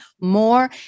more